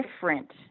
different